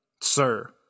Sir